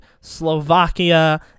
Slovakia